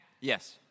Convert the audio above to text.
Yes